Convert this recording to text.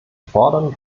fordern